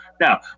Now